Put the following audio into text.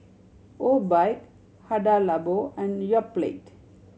Obike Hada Labo and Yoplait